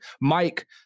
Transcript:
Mike